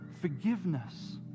forgiveness